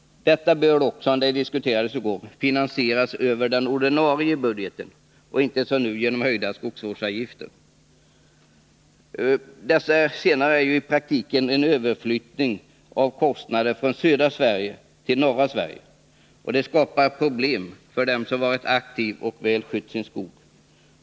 Detta bör också, vilket diskuterades i går, finansieras över den ordinarie budgeten och inte som nu genom höjda skogsvårdsavgifter. De senare innebär ju i praktiken en överflyttning av kostnader från södra Sverige till norra Sverige, och det skapar problem för dem som varit aktiva och väl skött sin skog.